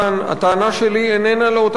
הטענה שלי איננה לאותם אנשים שגרים בגבעת-האולפנה.